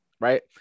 right